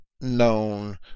known